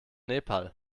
nepal